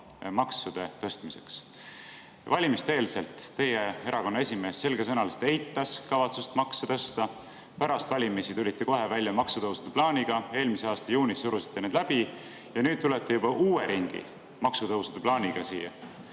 maksude tõstmiseks. Valimiste eel teie erakonna esimees selgesõnaliselt eitas kavatsust makse tõsta. Pärast valimisi tulite kohe välja maksutõusude plaaniga, eelmise aasta juunis surusite need läbi. Nüüd tulete juba uuele ringile maksutõusude plaaniga,